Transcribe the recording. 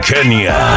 Kenya